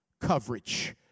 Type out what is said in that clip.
coverage